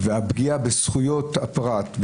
הפגיעה בזכויות הפרט,